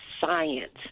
science